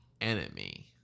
enemy